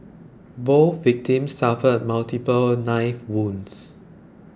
both victims suffered multiple knife wounds